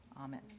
Amen